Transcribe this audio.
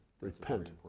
Repent